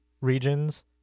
regions